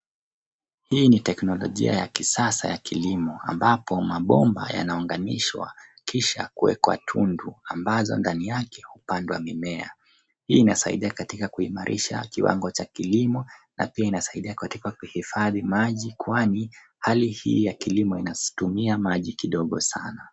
Hii ni teknolojia ya kisasa ya kilimo ambapo mabomba yanaunganishwa kisha kuwekwa tundu ambazo ndani yake hupandwa mimea. Hii inasaidia katika kuimarisha kiwango cha kilimo na pia inasaidia katika kuhifadhi maji kwani hali hii ya kilimo inatumia maji kidogo sana.